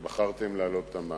כשבחרתם להעלות את המע"מ,